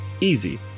Easy